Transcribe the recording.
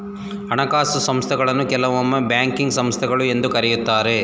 ಹಣಕಾಸು ಸಂಸ್ಥೆಗಳನ್ನು ಕೆಲವೊಮ್ಮೆ ಬ್ಯಾಂಕಿಂಗ್ ಸಂಸ್ಥೆಗಳು ಎಂದು ಕರೆಯುತ್ತಾರೆ